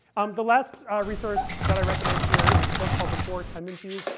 um the last resource that i recommend here is a book called the four tendencies.